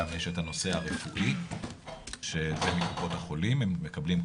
גם יש את הנושא הרפואי שזה מקופות החולים הם מקבלים,